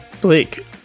Blake